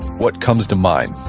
what comes to mind?